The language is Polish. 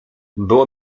było